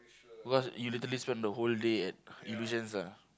because you literally spend the whole day at Illusions ah